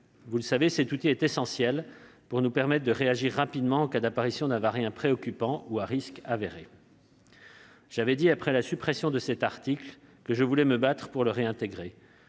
Vous le savez, cet outil est essentiel pour nous permettre de réagir rapidement en cas d'apparition d'un variant préoccupant ou à risque avéré. J'avais dit, après la suppression de cet article, que je voulais me battre pour le réintégrer.